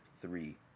three